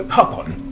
hop on.